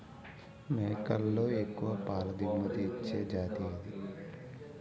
మేకలలో ఎక్కువ పాల దిగుమతి ఇచ్చే జతి ఏది?